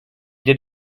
did